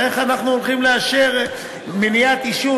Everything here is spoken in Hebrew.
איך אנחנו הולכים לאשר מניעת עישון?